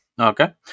Okay